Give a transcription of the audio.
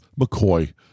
McCoy